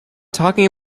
talking